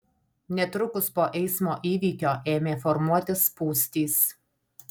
netrukus po eismo įvykio ėmė formuotis spūstys